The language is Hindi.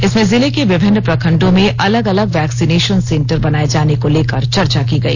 इसमें जिले के विभिन्न प्रखंडों में अलग अलग वैक्सीनेशन सेंटर बनाए जाने को लेकर चर्चा की गई